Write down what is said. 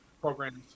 programs